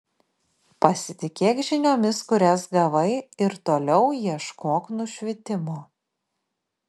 pasitikėk žiniomis kurias gavai ir toliau ieškok nušvitimo